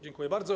Dziękuję bardzo.